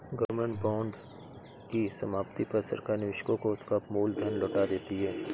government bond की समाप्ति पर सरकार निवेशक को उसका मूल धन लौटा देती है